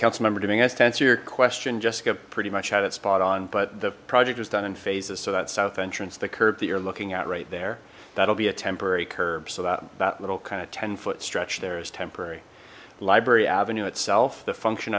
councilmember doing this to answer your question jessica pretty much had it spot on but the project was done in phases so that south entrance the curb that you're looking at right there that'll be a temporary curb so that that little kind of ten foot stretch there is temporary library avenue itself the function